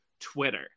Twitter